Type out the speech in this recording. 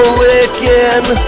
licking